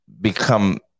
become